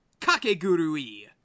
Kakegurui